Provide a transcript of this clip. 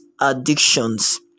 addictions